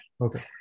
Okay